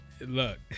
Look